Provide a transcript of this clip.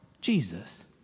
Jesus